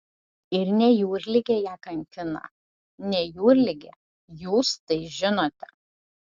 ir ne jūrligė ją kankina ne jūrligė jūs tai žinote